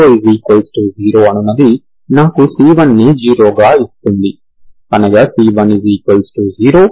అనగా c10 కాబట్టి cos 0 1 c2